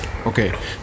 Okay